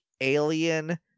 alien